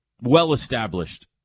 well-established